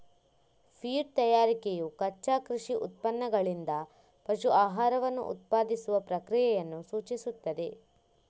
feed ತಯಾರಿಕೆಯು ಕಚ್ಚಾ ಕೃಷಿ ಉತ್ಪನ್ನಗಳಿಂದ ಪಶು ಆಹಾರವನ್ನು ಉತ್ಪಾದಿಸುವ ಪ್ರಕ್ರಿಯೆಯನ್ನು ಸೂಚಿಸುತ್ತದೆ